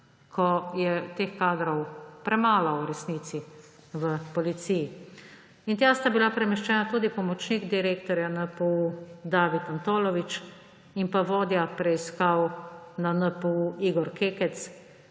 ko je teh kadrov premalo v resnici v policiji. Tja sta bila premeščena tudi pomočnik direktorja NPU David Antolovič in pa vodja preiskav na NPU Igor Kekec,